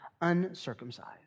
uncircumcised